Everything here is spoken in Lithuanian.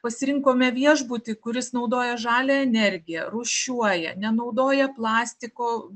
pasirinkome viešbutį kuris naudoja žalią energiją rūšiuoja nenaudoja plastiko